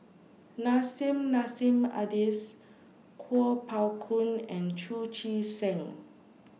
Nissim Nassim Adis Kuo Pao Kun and Chu Chee Seng